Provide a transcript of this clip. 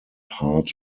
hart